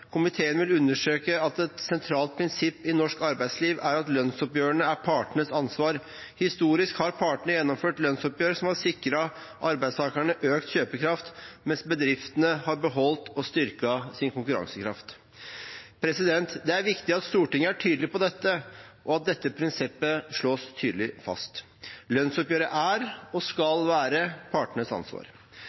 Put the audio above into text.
Komiteen er også enstemmig i merknaden der vi sier: «Komiteen vil understreke at et sentralt prinsipp i norsk arbeidsliv er at lønnsoppgjørene er partenes ansvar. Historisk har partene gjennomført lønnsoppgjør som har sikret arbeidstakerne økt kjøpekraft, mens bedriftene har beholdt og styrket sin konkurransekraft.» Det er viktig at Stortinget er tydelig på dette, og at dette prinsippet slås tydelig fast. Lønnsoppgjøret er og skal være partenes ansvar.